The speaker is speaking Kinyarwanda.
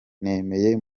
nemeye